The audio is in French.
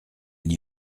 n’y